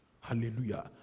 Hallelujah